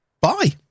bye